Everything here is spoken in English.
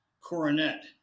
Coronet